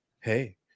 hey